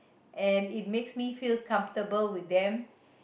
and it makes me feel comfortable with them